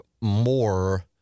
more